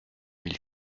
mille